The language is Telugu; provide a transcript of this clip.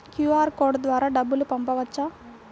క్యూ.అర్ కోడ్ ద్వారా డబ్బులు పంపవచ్చా?